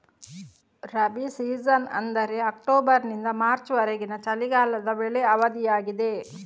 rabi season ಎಂದರೆ ಅಕ್ಟೋಬರಿನಿಂದ March ವರೆಗಿನ ಚಳಿಗಾಲದ ಬೆಳೆ ಅವಧಿಯಾಗಿದೆ